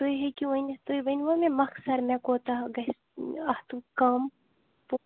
تُہۍ ہیٚکِو ؤنِتھ تُہۍ ؤنوا مےٚ مۄخصَر مےٚ کوتاہ گَژھِ اَتھ کَم